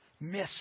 miss